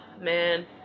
man